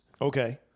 Okay